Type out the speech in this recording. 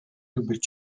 любить